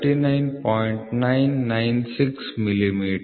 996 millimetre